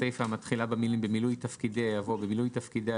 הצבעה הסעיפים אושרו.